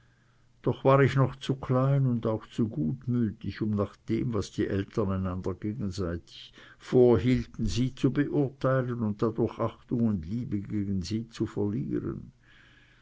doch war ich noch zu klein und auch zu gutmütig um nach dem was die eltern einander gegenseitig vorhielten sie zu beurteilen und dadurch achtung und liebe gegen sie zu verlieren